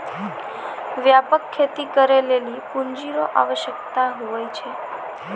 व्यापक खेती करै लेली पूँजी रो आवश्यकता हुवै छै